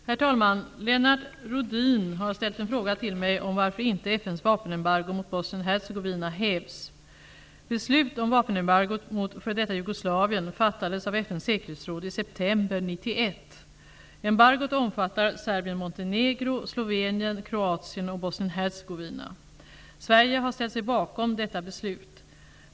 Herr talman! Lennart Rohdin har ställt en fråga till mig om varför inte FN:s vapenembargo mot Beslut om vapenembargot mot f.d. Jugoslavien fattades av FN:s säkerhetsråd i september 1991. Sverige har ställt sig bakom detta beslut.